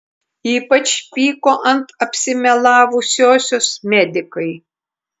ypač pyko ant apsimelavusiosios medikai